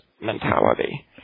mentality